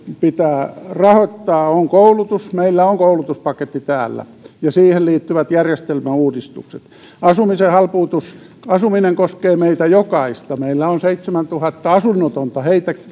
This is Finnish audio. pitää rahoittaa on koulutus meillä on koulutuspaketti täällä ja siihen liittyvät järjestelmäuudistukset asumisen halpuutus asuminen koskee meitä jokaista meillä on seitsemäntuhatta asunnotonta